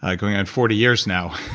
ah going on forty years now.